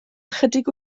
ychydig